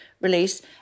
release